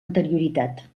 anterioritat